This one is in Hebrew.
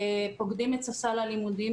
פוקדים את ספסל הלימודים,